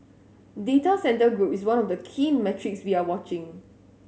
data centre group is one of the key metrics we are watching